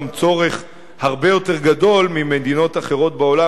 צורך הרבה יותר גדול ממדינות אחרות בעולם,